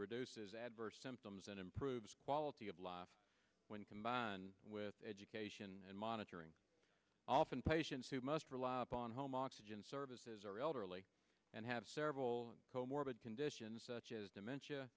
reduces adverse symptoms and improves quality of life when combined with education and monitoring often patients who must rely upon home oxygen services are elderly and have cerebral co morbid conditions such as dementia